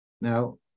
Now